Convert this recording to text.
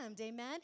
Amen